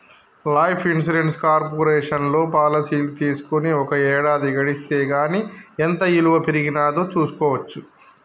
life insurance కార్పొరేషన్లో పాలసీలు తీసుకొని ఒక ఏడాది గడిస్తే గానీ ఎంత ఇలువ పెరిగినాదో చూస్కోవచ్చు